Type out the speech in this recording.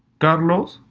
carlos,